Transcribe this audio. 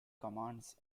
commands